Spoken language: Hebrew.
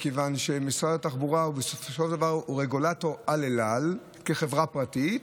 מכיוון שמשרד התחבורה בסופו של דבר הוא רגולטור של אל על כחברה פרטית,